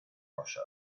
russia